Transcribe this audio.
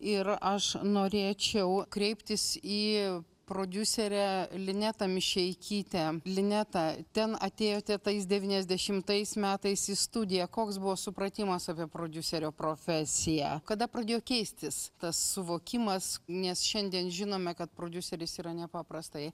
ir aš norėčiau kreiptis į prodiuserę linetą mišeikytę lineta ten atėjote tais devyniasdešimtais metais į studiją koks buvo supratimas apie prodiuserio profesiją kada pradėjo keistis tas suvokimas nes šiandien žinome kad prodiuseris yra nepaprastai